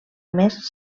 més